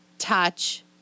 touch